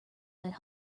led